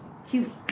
Cute